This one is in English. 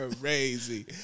crazy